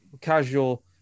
casual